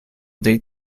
date